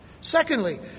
secondly